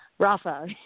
Rafa